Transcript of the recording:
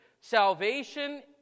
Salvation